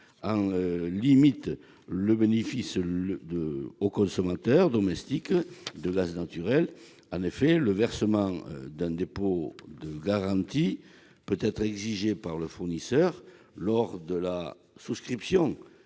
en limite le bénéfice aux consommateurs « domestiques » de gaz naturel. En effet, le versement d'un dépôt de garantie peut être exigé par le fournisseur lors de la souscription